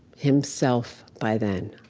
himself by then,